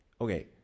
Okay